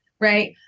Right